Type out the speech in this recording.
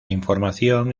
información